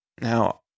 Now